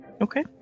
Okay